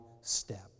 step